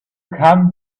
come